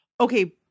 okay